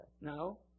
No